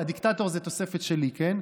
דיקטטור זו תוספת שלי, כן?